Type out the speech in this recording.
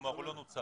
כלומר הוא לא נוצל.